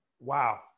Wow